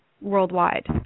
worldwide